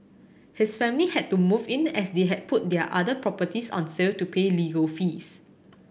his family had to move in as they had put their other properties on sale to pay legal fees